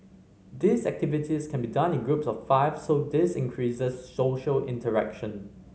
these activities can be done in groups of five so this increases social interaction